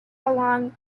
along